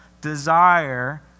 desire